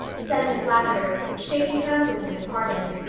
said miss lavendar, shaking hands with him at parting.